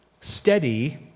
steady